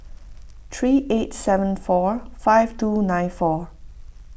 three eight seven four five two nine four